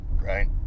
right